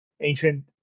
ancient